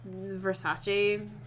Versace